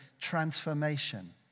transformation